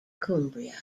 cumbria